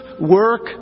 work